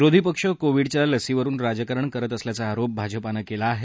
विरोधी पक्षांनी कोविडच्या लसींवरून राजकारण करत असल्याचा आरोप भाजपानं केला आहे